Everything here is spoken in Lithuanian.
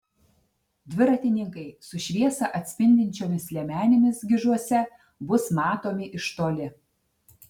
dviratininkai su šviesą atspindinčiomis liemenėmis gižuose bus matomi iš toli